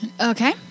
Okay